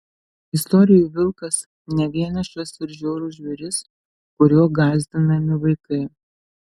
istorijų vilkas ne vienišas ir žiaurus žvėris kuriuo gąsdinami vaikai